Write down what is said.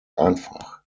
einfach